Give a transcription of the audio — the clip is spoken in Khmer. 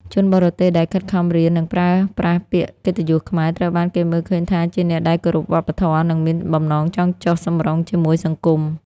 ជនបរទេសដែលខិតខំរៀន និងប្រើប្រាស់ពាក្យកិត្តិយសខ្មែរ ត្រូវបានគេមើលឃើញថាជាអ្នកដែលគោរពវប្បធម៌ និងមានបំណងចង់ចុះសម្រុងជាមួយសង្គម។